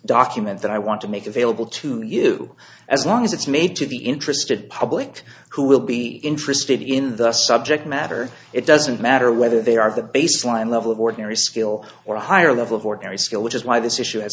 document that i want to make available to you as long as it's made to be interested public who will be interested in the subject matter it doesn't matter whether they are the baseline level of ordinary skill or a higher level of ordinary skill which is why this issue has